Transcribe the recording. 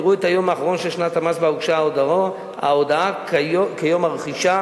יראו את היום האחרון של שנת המס שבה הוגשה ההודעה כיום הרכישה,